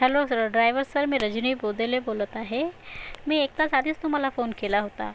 hello sir driver sir मी रजनी बोदेले बोलत आहे मी एक तास आधीच तुम्हाला फोन केला होता